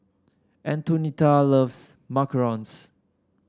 Antonetta loves macarons